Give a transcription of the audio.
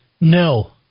No